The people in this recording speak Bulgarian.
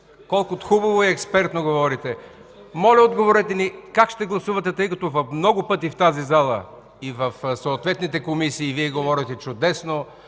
колко хубаво и експертно говорите. Моля, отговорете ни: как ще гласувате? Много пъти в тази зала и в съответните комисии Вие говорите чудесно,